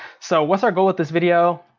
so what's our goal with this video?